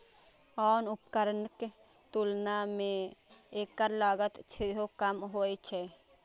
आन उपकरणक तुलना मे एकर लागत सेहो कम होइ छै